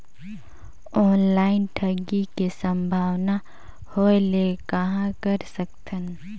Online ठगी के संभावना होय ले कहां कर सकथन?